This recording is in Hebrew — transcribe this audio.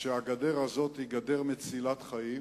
שהגדר הזאת היא גדר מצילת חיים,